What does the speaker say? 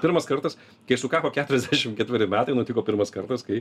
pirmas kartas kai sukako keturiasdešim ketveri metai nutiko pirmas kartas kai